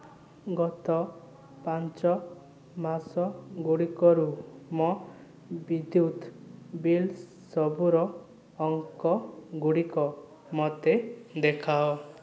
ଗତ ପାଞ୍ଚ ମାସଗୁଡ଼ିକରୁ ମୋ ବିଦ୍ୟୁତ୍ ବିଲ୍ ସବୁର ଅଙ୍କଗୁଡ଼ିକ ମୋତେ ଦେଖାଅ